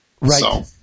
Right